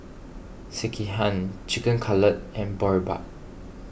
Sekihan Chicken Cutlet and Boribap